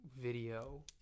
video